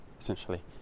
essentially